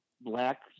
black